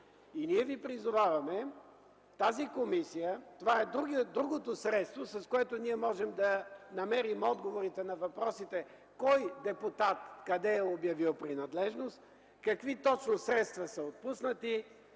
Ние ви призоваваме, тази комисия – това е другото средство, с което ние можем да намерим отговорите на въпросите: кой депутат къде е обявил принадлежност; какви точно средства са отпуснати;